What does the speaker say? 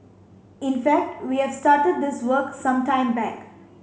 in fact we have started this work some time back